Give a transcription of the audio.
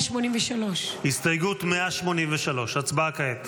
183. הסתייגות 183, הצבעה כעת.